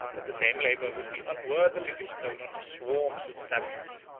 but the same labor would be unworthily bestowed on the swarms of savages,